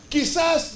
Quizás